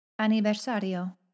aniversario